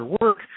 work